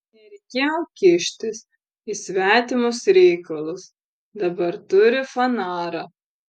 nereikėjo kištis į svetimus reikalus dabar turi fanarą